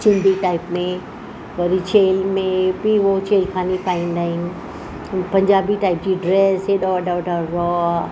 चिंदी type में वरी छेल में बि हो छेलकानी पाईंदा आहिनि पंजाबी टाइप जी ड्रेस हेॾा वॾा वॾा रवा